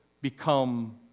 become